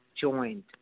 joined